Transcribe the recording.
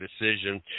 decision